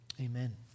amen